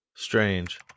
Strange